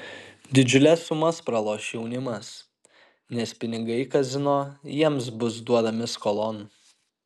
didžiules sumas praloš jaunimas nes pinigai kazino jiems bus duodami skolon